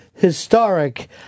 Historic